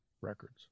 Records